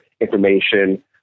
information